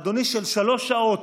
אדוני, של שלוש שעות,